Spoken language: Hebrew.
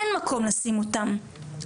אין מקום לשים אותם.